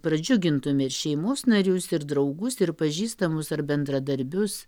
pradžiugintume ir šeimos narius ir draugus ir pažįstamus ar bendradarbius